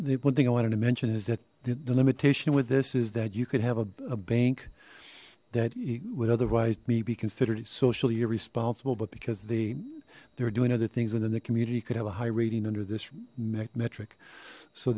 the one thing i wanted to mention is that the limitation with this is that you could have a bank that you would otherwise may be considered socially irresponsible but because they they're doing other things and then the community could have a high rating under this metric so